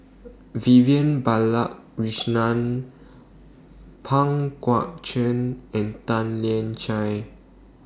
Vivian Balakrishnan Pang Guek Cheng and Tan Lian Chye